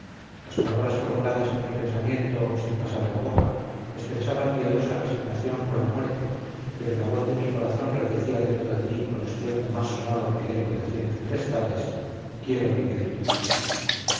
las palabras formuladas en mi pensamiento sin pasar a la boca expresaban piadosa resignación con la muerte pero la voz de mi corazón repetía dentro de mí con estruendo más sonoro que el eco de cien tempestades quiero vivir